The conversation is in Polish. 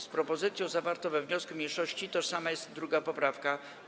Z propozycją zawartą we wniosku mniejszości tożsama jest 2. poprawka.